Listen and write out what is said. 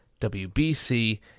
WBC